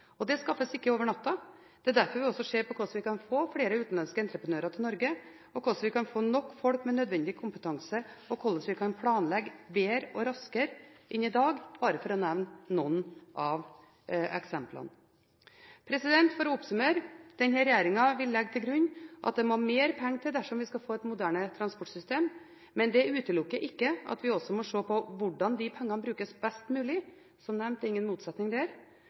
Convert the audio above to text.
Det skaffes ikke over natten. Det er derfor vi ser på hvordan vi kan få flere utenlandske entreprenører til Norge, hvordan vi kan få nok folk med nødvendig kompetanse, og hvordan vi kan planlegge bedre og raskere enn i dag, bare for å nevne noen av eksemplene. For å oppsummere: Denne regjeringen vil legge til grunn at det må mer penger til dersom vi skal få et moderne transportsystem. Men det utelukker ikke at vi også må se på hvordan de pengene brukes best mulig. Som nevnt er det ingen motsetning der.